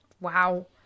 Wow